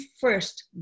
first